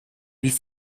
wie